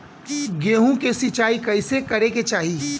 गेहूँ के सिंचाई कइसे करे के चाही?